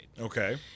Okay